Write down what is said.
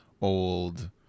old –